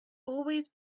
always